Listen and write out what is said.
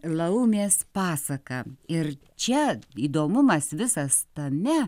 laumės pasaka ir čia įdomumas visas tame